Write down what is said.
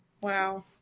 Wow